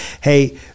Hey